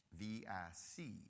V-I-C